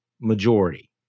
majority